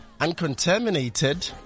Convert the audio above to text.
uncontaminated